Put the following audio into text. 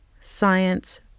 science